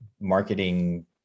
marketing